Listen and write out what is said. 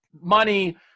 money